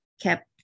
kept